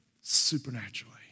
supernaturally